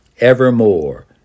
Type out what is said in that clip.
evermore